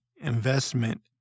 investment